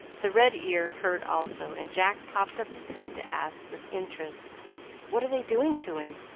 the red ear heard also, and jack popped up his head to ask, with interest what are they doing to him?